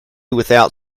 without